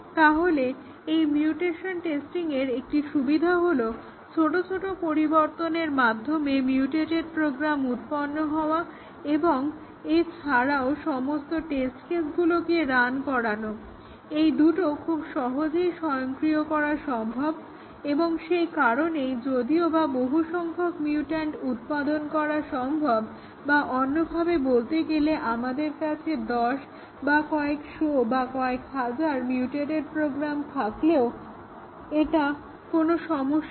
তাহলে এই মিউটেশন টেস্টিংয়ের একটি সুবিধা হলো ছোট ছোট পরিবর্তনের মাধ্যমে মিউটেটেড প্রোগ্রাম উৎপন্ন হওয়া এবং এছাড়াও সমস্ত টেস্ট কেসগুলোকে রান করানো এই দুটি খুব সহজেই স্বয়ংক্রিয় করা সম্ভব এবং সেই কারণেই যদিওবা বহু সংখ্যক মিউট্যান্ট উৎপন্ন করা সম্ভব বা অন্যভাবে বলতে গেলে আমাদের কাছে দশ বা কয়েকশো বা কয়েক হাজার মিউটেটেড প্রোগ্রাম থাকলেও এটা কোনো সমস্যা নয়